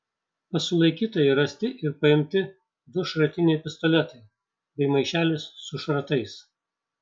pas sulaikytąjį rasti ir paimti du šratiniai pistoletai bei maišelis su šratais